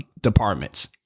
departments